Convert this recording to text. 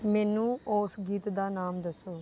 ਮੈਨੂੰ ਉਸ ਗੀਤ ਦਾ ਨਾਮ ਦੱਸੋ